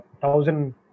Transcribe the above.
Thousand